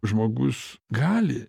žmogus gali